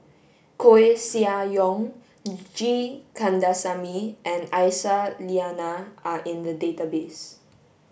Koeh Sia Yong G Kandasamy and Aisyah Lyana are in the database